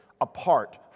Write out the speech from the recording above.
apart